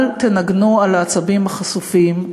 אל תנגנו על העצבים החשופים,